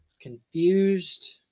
confused